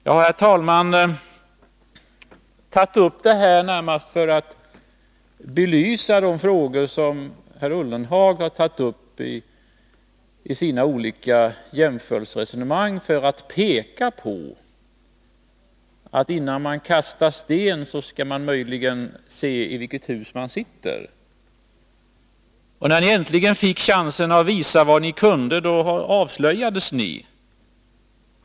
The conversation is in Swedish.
Jag har, herr talman, tagit upp detta närmast för att belysa de frågor som herr Ullenhag har berört i sina olika jämförelseresonemang och för att peka på att man, innan man kastar sten, skall se efter i vilken sorts hus man sitter. När ni äntligen fick chansen att visa vad ni kunde, avslöjades ni.